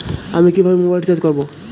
আমি কিভাবে mobile recharge করব?